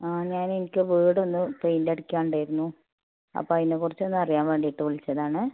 ആ ഞാനേ എനിക്ക് വീടൊന്ന് പേയിൻറ് അടിക്കണ്ടായിരുന്നു അപ്പം അതിനെ കുറിച്ച് ഒന്നറിയാൻ വേണ്ടിയിട്ട് വിളിച്ചതാണ്